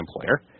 employer